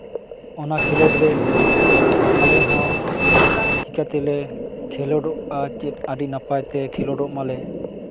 ᱚᱱᱟ ᱠᱷᱮᱞᱳᱰ ᱨᱮ ᱟᱞᱮᱦᱚᱸ ᱪᱤᱠᱟᱹ ᱛᱮᱞᱮ ᱠᱷᱮᱞᱳᱰᱚᱜᱼᱟ ᱪᱮᱫ ᱟᱹᱰᱤ ᱱᱟᱯᱟᱭᱛᱮ ᱠᱷᱮᱞᱳᱰᱚᱜ ᱢᱟᱞᱮ